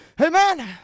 Amen